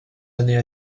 années